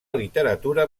literatura